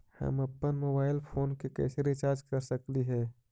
हम अप्पन mobile phone के कैसे रिचार्ज कर सकली हे?